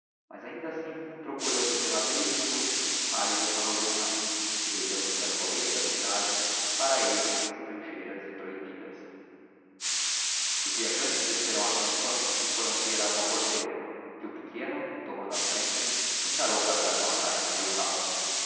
mas ainda assim procurando os derradeiros e longínquos raios do calor humano e deitando se á soleira das cidades para elles extrangeiras e prohibidas os viajantes desceram a rampa e foram ter a uma porteira que o pequeno tomando a frente escancarou para dar passagem a